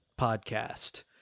podcast